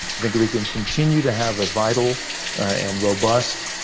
i think we can continue to have a vital and robust